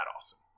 awesome